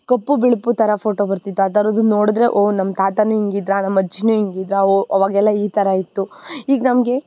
ಕಪ್ಪು ಬಿಳುಪು ಥರ ಫೋಟೋ ಬರ್ತಿತ್ತು ಆ ಥರದ್ದನ್ನು ನೋಡಿದ್ರೆ ಓಹ್ ನಮ್ಮ ತಾತನು ಹಿಂಗಿದ್ರ ನಮ್ಮ ಅಜ್ಜಿನು ಹಿಂಗಿದ್ರ ಓಹ್ ಅವಾಗೆಲ್ಲ ಈ ಥರ ಇತ್ತು ಈಗ ನಮಗೆ